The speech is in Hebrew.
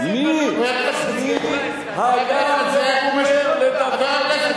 הוא אומר,